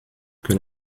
que